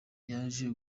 yaje